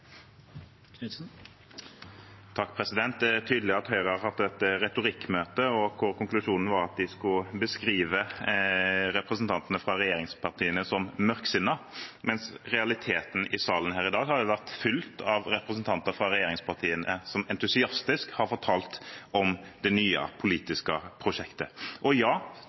Det er tydelig at Høyre har hatt et retorikkmøte hvor konklusjonen var at de skulle beskrive representantene fra regjeringspartiene som mørksinnet, mens salen her i dag i realiteten har vært fylt av representanter fra regjeringspartiene som entusiastisk har fortalt om det nye politiske prosjektet. Og ja,